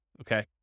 okay